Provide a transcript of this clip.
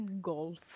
Golf